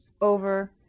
over